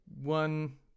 one